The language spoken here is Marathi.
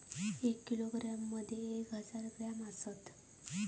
एक किलोग्रॅम मदि एक हजार ग्रॅम असात